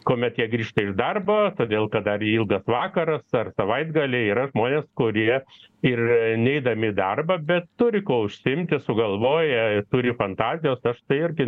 kuomet jie grįžta iš darbo todėl kad dar ilgas vakaras ar savaitgaliai yra žmonės kurie ir neidami į darbą bet turi kuo užsiimti sugalvoja turi fantazijos aš tai irgi